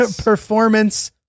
performance